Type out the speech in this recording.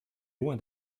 loin